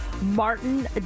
Martin